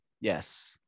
Yes